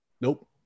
Nope